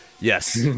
yes